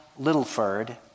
Littleford